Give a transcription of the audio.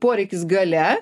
poreikis galia